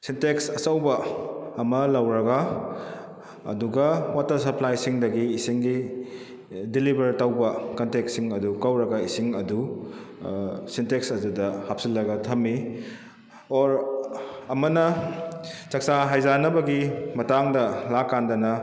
syntax ꯑꯆꯧꯕ ꯑꯃ ꯂꯧꯔꯒ ꯑꯗꯨꯒ ꯋꯥꯇꯔ ꯁꯞꯄ꯭ꯂꯥꯏꯁꯤꯡꯗꯒꯤ ꯏꯁꯤꯡꯒꯤ ꯗꯤꯂꯤꯚꯔ ꯇꯧꯕ ꯀꯟꯇꯦꯛꯁꯤꯡ ꯑꯗꯨ ꯀꯧꯔꯒ ꯏꯁꯤꯡ ꯑꯗꯨ ꯁꯤꯟꯇꯦꯛꯁ ꯑꯗꯨꯗ ꯍꯥꯞꯆꯤꯜꯂꯒ ꯊꯝꯃꯤ ꯑꯣꯔ ꯑꯃꯅ ꯆꯛꯆꯥ ꯍꯩꯖꯥꯟꯅꯕꯒꯤ ꯃꯇꯥꯡꯗ ꯂꯥꯛꯀꯥꯟꯗꯅ